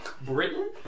Britain